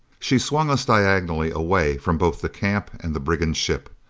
she swung us diagonally away from both the camp and the brigand ship.